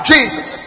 Jesus